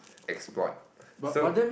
exploit so